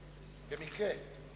במקרה.